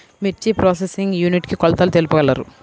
మిర్చి processing unit కి కొలతలు తెలుపగలరు?